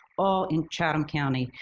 all in chatham county.